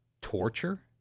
torture